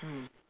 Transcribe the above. mm